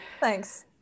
Thanks